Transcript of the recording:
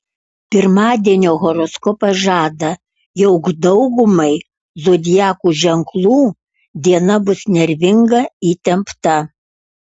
pirmadienio horoskopas žada jog daugumai zodiakų ženklų diena bus nervinga įtempta